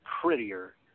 prettier